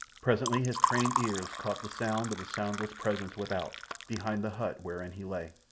presently his trained ears caught the sound of the soundless presence without behind the hut wherein he lay.